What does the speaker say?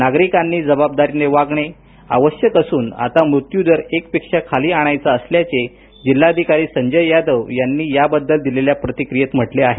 नागरीकांनी जबाबदारीने वागणे आवश्यक असून आता मृत्यदर एकपेक्षा खाली आणायचा असल्याचे जिल्हाधिकारी संजय यादव यांनी याबद्दल प्रतिक्रिया देतांना म्हटले आहे